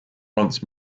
once